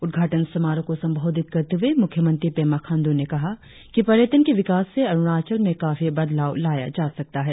उद्घाटन समारोह को संबोधित करते हुए मुख्य मंत्री पेमा खांडू ने कहा कि पर्यटन के विकास से अरुणाचल में काफी बदलाव लाया जा सकता है